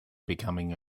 becoming